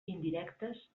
indirectes